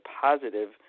positive